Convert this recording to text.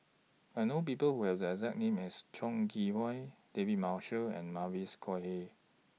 I know People Who Have The exact name as Chong Kee Hiong David Marshall and Mavis Khoo Oei